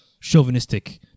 chauvinistic